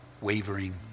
wavering